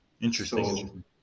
interesting